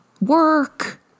work